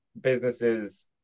businesses